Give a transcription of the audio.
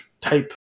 type